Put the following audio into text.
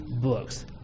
books